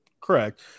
correct